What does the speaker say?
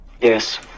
Yes